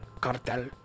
cartel